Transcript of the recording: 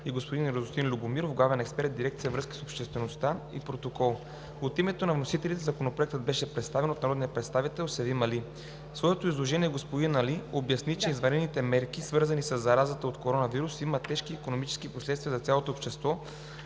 и господин Радостин Любомиров – главен експерт в дирекция „Връзки с обществеността и протокол“. От името на вносителите Законопроектът беше представен от народния представител Севим Али. В своето изложение господин Али обясни, че извънредните мерки, свързани със заразата от коронавирус имат тежки икономически последствия за цялото общество.